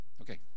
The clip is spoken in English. Okay